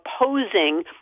opposing